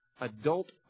Adult